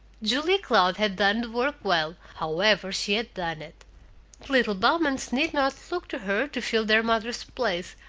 julia cloud had done the work well, however she had done it. the little bowmans need not look to her to fill their mother's place,